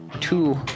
two